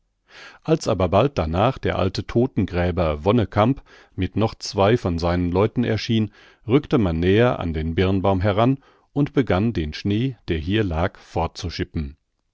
als aber bald danach der alte todtengräber wonnekamp mit noch zwei von seinen leuten erschien rückte man näher an den birnbaum heran und begann den schnee der hier lag